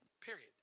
Period